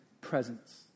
presence